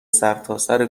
سرتاسر